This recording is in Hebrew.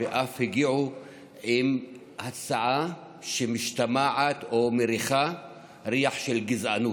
ואף הגיעו עם הצעה שמשתמע או מריח ממנה ריח של גזענות.